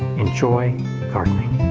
enjoy gardening.